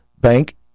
bank